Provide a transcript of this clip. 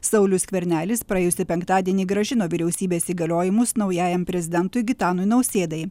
saulius skvernelis praėjusį penktadienį grąžino vyriausybės įgaliojimus naujajam prezidentui gitanui nausėdai